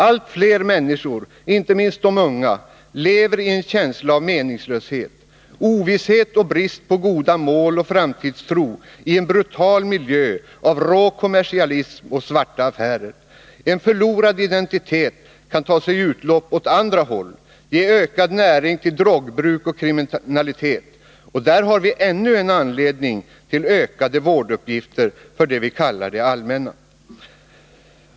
Allt flera människor, inte minst de unga, lever i en känsla av meningslöshet, ovisshet och brist på goda mål och framtidstro i en brutal miljö av rå kommersialism och svarta affärer. En förlorad identitet kan ge ökad näring till drogbruk och kriminalitet. Där har vi ännu en anledning till ökade vårduppgifter för det vi kallar ”det allmänna”.